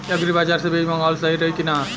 Agri बाज़ार से बीज मंगावल सही रही की ना?